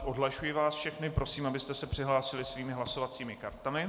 Odhlašuji vás všechny, Prosím, abyste si přihlásili svými hlasovacími kartami.